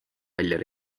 välja